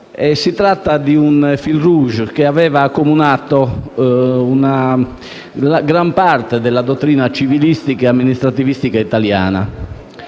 Si tratta di un *fil rouge* che aveva accomunato la gran parte della dottrina civilistica e amministrativistica italiana.